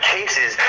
cases